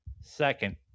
second